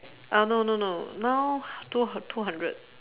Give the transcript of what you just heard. uh no no no now two two hundred